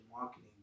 marketing